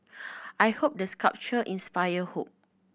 I hope the sculpture inspire hope